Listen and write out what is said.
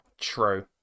True